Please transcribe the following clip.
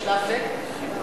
בשלב זה כן.